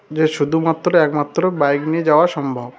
যে শুধুমাত্র একমাত্র বাইক নিয়ে যাওয়া সম্ভব